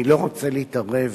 אני לא רוצה להתערב